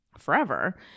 forever